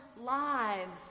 lives